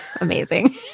Amazing